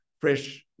fresh